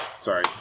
sorry